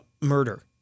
murder